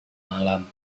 malam